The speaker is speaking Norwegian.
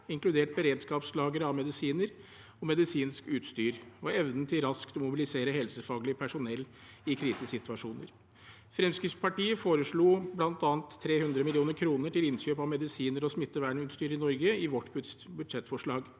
inkludert beredskapslager av medisiner og medisinsk utstyr, og evnen til raskt å mobilisere helsefaglig personell i krisesituasjoner. Fremskrittspartiet foreslo bl.a. 300 mill. kr til innkjøp av medisiner og smittevernutstyr i Norge i sitt budsjettforslag,